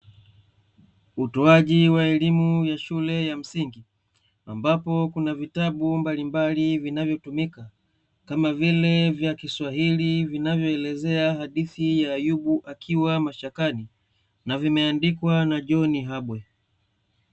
Utoaji wa elimu ya shule ya msingi, ambapo kuna vitabu mbalimbali vinavyotumika kama vile vya kiswahili vinavyoelezea hadithi ya Ayubu akiwa mashakani na vimeandikwa na John Habwe.